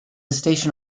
station